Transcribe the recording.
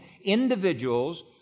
individuals